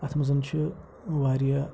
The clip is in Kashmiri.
اَتھ منٛز چھِ واریاہ